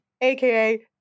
aka